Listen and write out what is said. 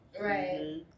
right